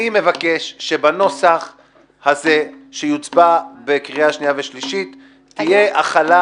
אני מבקש שבנוסח שעליו יוצבע בקריאה שנייה ושלישית תהיה החלה